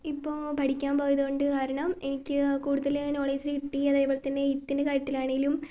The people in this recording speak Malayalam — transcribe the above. ഇപ്പൊൾ പഠിക്കാൻ പോയത് കൊണ്ട് കാരണം എനിക്ക് കൂടുതല് നോളേജ് കിട്ടി അതായത് എഴുത്തിൻ്റെ കാര്യത്തിലാണേലും